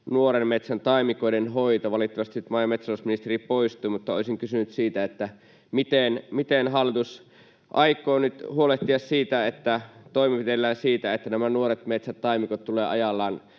nuoren metsän taimikoiden hoito. Valittavasti maa- ja metsätalousministeri poistui, mutta olisin kysynyt siitä, että miten hallitus aikoo nyt huolehtia toimenpiteillään siitä, että nämä nuoret metsät, taimikot tulevat ajallaan